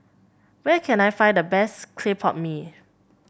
where can I find the best Clay Pot Mee